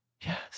Yes